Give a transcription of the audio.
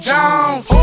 Jones